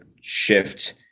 shift